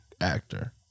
actor